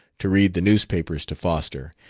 to read the newspapers to foster,